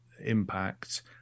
impact